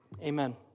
Amen